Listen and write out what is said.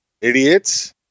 Idiots